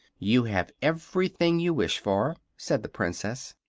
you have everything you wish for, said the princess.